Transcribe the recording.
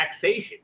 taxation